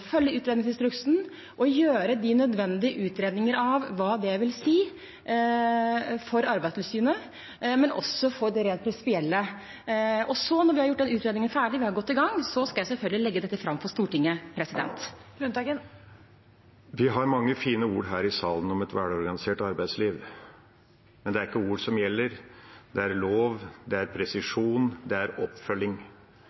gjøre de nødvendige utredninger av hva det vil si for Arbeidstilsynet, men også det som gjelder det rent prinsipielle. Når vi så har gjort den utredningen ferdig og er godt i gang, skal jeg selvfølgelig legge dette fram for Stortinget. Per Olaf Lundteigen – til oppfølgingsspørsmål. Det er mange fine ord her i salen om et velorganisert arbeidsliv, men det er ikke ord som gjelder – det er lov, det er